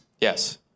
Yes